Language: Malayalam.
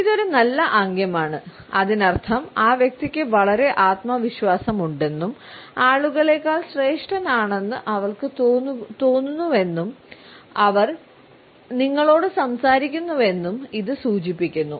ഇതൊരു നല്ല ആംഗ്യമാണ് അതിനർത്ഥം ആ വ്യക്തിക്ക് വളരെ ആത്മവിശ്വാസമുണ്ടെന്നും ആളുകളെക്കാൾ ശ്രേഷ്ഠനാണെന്ന് അവൾക്ക് തോന്നുന്നുവെന്നും അവൾ നിങ്ങളോട് സംസാരിക്കുന്നുവെന്നും ഇത് സൂചിപ്പിക്കുന്നു